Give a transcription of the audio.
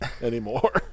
anymore